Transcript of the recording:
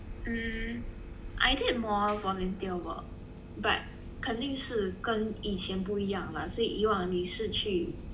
hmm I did more volunteer work but 肯定是跟以前不一样了所以以往你是去